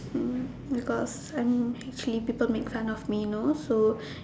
um because I'm actually people make fun of me know so